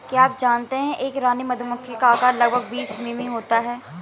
क्या आप जानते है एक रानी मधुमक्खी का आकार लगभग बीस मिमी होता है?